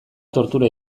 tortura